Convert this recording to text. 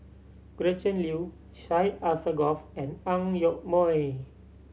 Gretchen Liu Syed Alsagoff and Ang Yoke Mooi